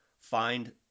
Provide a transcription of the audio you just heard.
find